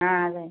ആ അതെ